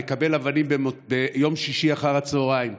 מקבל אבנים ביום שישי אחר הצוהריים,